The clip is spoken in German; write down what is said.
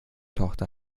tochter